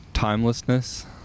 timelessness